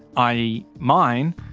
i. e. mine,